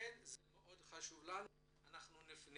אנחנו נפנה